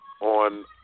on